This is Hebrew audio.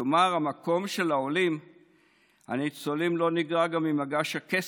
כלומר המקום של העולים הניצולים לא נגרע גם מ"מגש הכסף"